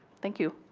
thank you.